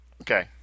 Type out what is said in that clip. Okay